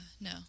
no